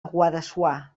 guadassuar